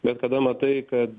bet kada matai kad